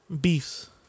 Beefs